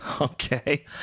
okay